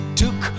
took